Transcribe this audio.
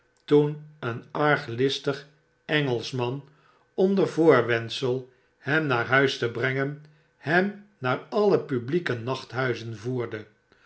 toen een arglistig engelschman onder voorwendsel hem naar huis te brengen hem naar alle publieke nachthuizen voerde